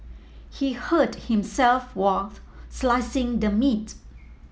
he hurt himself while slicing the meat